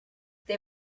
they